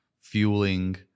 fueling